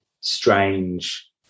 strange